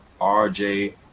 RJ